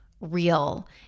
real